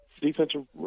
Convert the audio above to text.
defensive